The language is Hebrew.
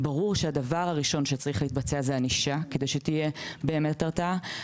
ברור שהדבר הראשון שצריך להתבצע זה ענישה כדי שתהיה באמת הרתעה.